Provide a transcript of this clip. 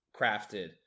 crafted